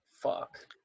Fuck